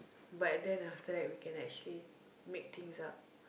but then after that actually we can make things up